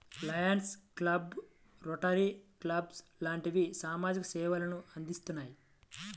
Lions club, rotary club లాంటివి సామాజిక సేవలు అందిత్తున్నాయి